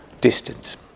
distance